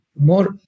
more